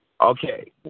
Okay